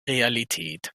realität